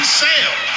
sale